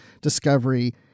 Discovery